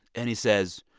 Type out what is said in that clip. and he says,